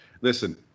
Listen